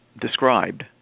described